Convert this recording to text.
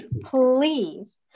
please